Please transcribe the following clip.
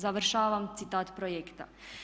Završavam citat projekta.